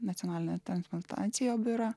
nacionalinio transplantacijos biuro